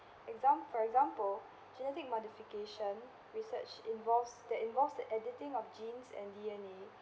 exam~ for example genetic modification research involves that involves the editing of genes and D_N_A